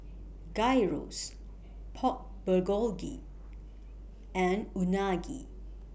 Gyros Pork Bulgogi and Unagi